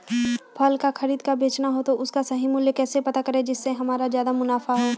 फल का खरीद का बेचना हो तो उसका सही मूल्य कैसे पता करें जिससे हमारा ज्याद मुनाफा हो?